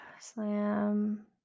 Slam